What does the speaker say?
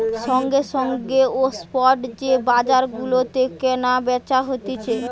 সঙ্গে সঙ্গে ও স্পট যে বাজার গুলাতে কেনা বেচা হতিছে